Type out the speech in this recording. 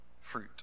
fruit